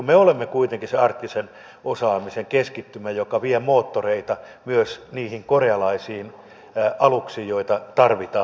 me olemme kuitenkin se arktisen osaamisen keskittymä joka vie moottoreita myös niihin korealaisiin aluksiin joita tarvitaan